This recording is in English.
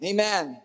Amen